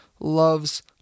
loves